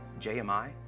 JMI